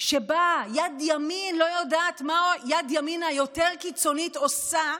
שבה יד ימין לא יודעת מה יד ימין היותר-קיצונית עושה,